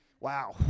Wow